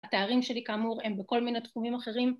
התארים שלי כאמור הם בכל מיני תחומים אחרים